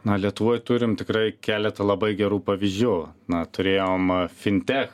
na lietuvoj turim tikrai keletą labai gerų pavyzdžių na turėjom fintech